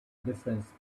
difference